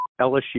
LSU